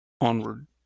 Onward